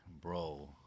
bro